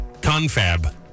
confab